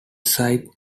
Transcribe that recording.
side